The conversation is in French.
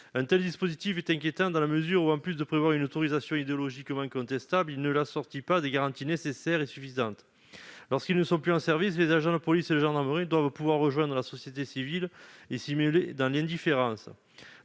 Un tel dispositif est inquiétant dans la mesure où, en plus de prévoir une autorisation idéologiquement contestable, il n'est pas assorti des garanties nécessaires et suffisantes. Lorsqu'ils ne sont plus en service, les agents de police et les militaires de la gendarmerie doivent pouvoir rejoindre la société civile et s'y mêler dans l'indifférence,